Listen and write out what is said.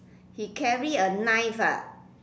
he carry a knife ah